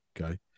Okay